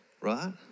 Right